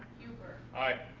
huber? aye.